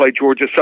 Georgia